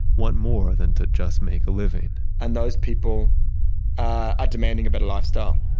want more than to just make a living and those people are demanding a better lifestyle